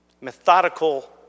methodical